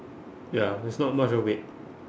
ya it's not much of weight